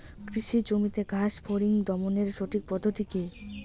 কৃষি জমিতে ঘাস ফরিঙ দমনের সঠিক পদ্ধতি কি?